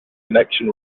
connection